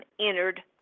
entered